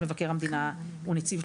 בהרבה מאוד מדינות בעולם שיעור הפונים לנציבי